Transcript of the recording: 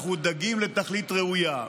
אנחנו דגים לתכלית ראויה.